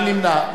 מי נמנע?